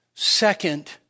Second